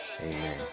Amen